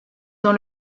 dans